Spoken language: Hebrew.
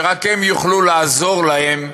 שרק הם יוכלו לעזור להם,